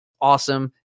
Awesome